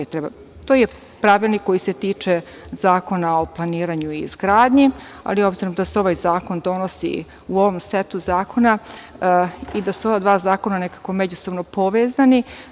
To je pravilnik koji se tiče Zakona o planiranju i izgradnji, ali obzirom da se ovaj zakon donosi u ovom setu zakona, i da su ova dva zakona nekako međusobno povezani.